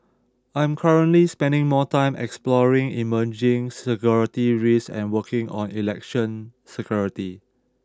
I'm currently spending more time exploring emerging security risks and working on election security